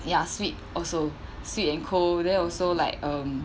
ya sweet also sweet and cold then also like um